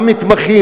המתמחים,